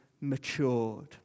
matured